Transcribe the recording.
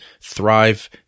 thrive